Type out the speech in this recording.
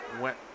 went